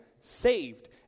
saved